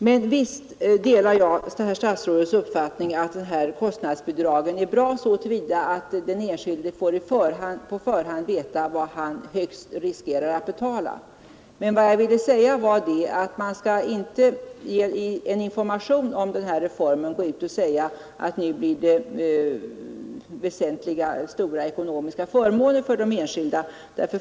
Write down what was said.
Men visst delar jag statsrådets uppfattning att kostnadsbidragen är bra så till vida som den enskilde på förhand får veta vad han högst riskerar att betala. Men vad jag ville säga var att man inte i en information om denna reform skall säga att nu blir det stora ekonomiska förmåner för de enskilda.